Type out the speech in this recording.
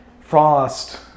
Frost